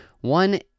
One